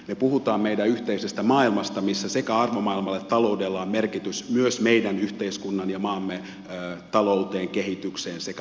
me puhumme meidän yhteisestä maailmasta missä sekä arvomaailmalla että taloudella on merkitys myös meidän yhteiskunnan ja maamme taloudelle kehitykselle sekä arvomaailmalle